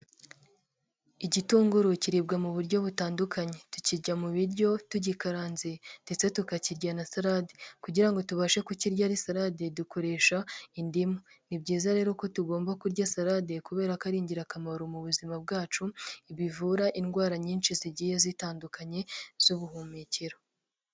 Igitunguru kiribwa mu buryo butandukanye. Tukirya mu biryo tugikaranze ndetse tukakirya na salade. Kugira ngo tubashe kukirya ari salade dukoresha indimu. Ni byiza rero ko tugomba kurya salade kubera ko ari ingirakamaro mu buzima bwacu, bivura indwara nyinshi zigiye zitandukanye z'ubuhumekero.